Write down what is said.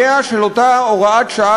בעצם המשך חייה של אותה הוראת שעה